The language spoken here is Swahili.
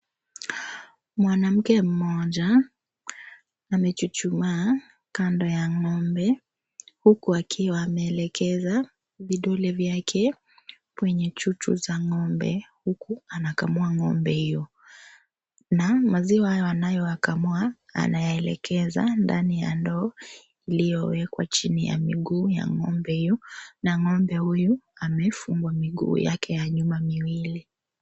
Mwanamke mmoja amechuchuma kando ya ng'ombe huku akiwa ameelekeza vidole vyake kwenye chuchu za ng'ombe huku anakamua ng'ombe hiyo na maziwa hayo anayoikamua anaielekeza ndani ya ndoo iliyowekwa chini ya miguu ya ng'ombe huyu na ng'ombe huyu amefungwa miguu yake miwili.